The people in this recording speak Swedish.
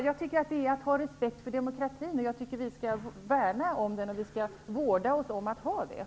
Jag tycker att det är att ha respekt för demokratin, och jag tycker att vi skall värna om den och vårda oss om att ha det.